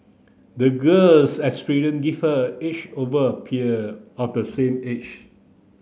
the girl's gave her a edge over her peer of the same age